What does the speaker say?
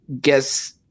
guess